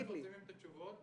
אנחנו מפרסמים את התשובות,